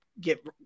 get